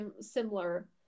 similar